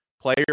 Player